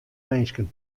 minsken